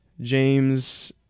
James